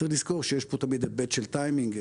צריך לזכור שיש פה תמיד היבט של טיימינג.